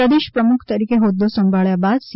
પ્રદેશ પ્રમુખ તરીકે હોદ્દો સાંભળ્યા બાદ સી